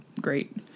great